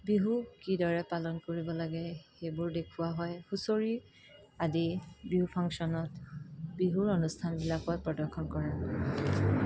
বিহু কিদৰে পালন কৰিব লাগে সেইবোৰ দেখুওৱা হয় হুঁচৰি আদি বিহু ফাংচনত বিহুৰ অনুষ্ঠানবিলাকত প্ৰদৰ্শন কৰা হয়